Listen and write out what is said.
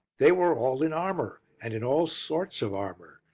they were all in armour, and in all sorts of armour.